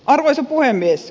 arvoisa puhemies